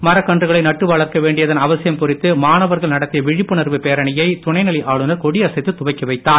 மரக்கன்றுகளை நட்டு வளர்க்க வேண்டியதன் அவசியம் குறித்து மாணவர்கள் நடத்திய விழிப்புணர்வு பேரணியை துணைநிலை ஆளுநர் கொடியசைத்து துவக்கி வைத்தார்